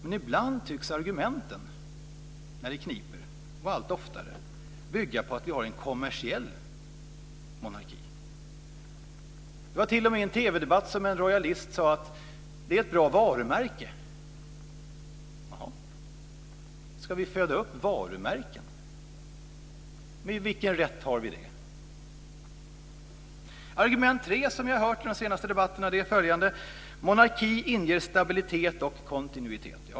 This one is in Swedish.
Men ibland tycks argumenten, när det kniper och allt oftare, bygga på att vi har en kommersiell monarki. I en TV-debatt sade en rojalist t.o.m. att det är ett bra varumärke. Jaha. Ska vi föda upp varumärken? Med vilken rätt gör vi det? Argument tre, som jag har hört i de senaste debatterna, är följande: Monarki inger stabilitet och kontinuitet.